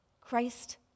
Christ